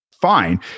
Fine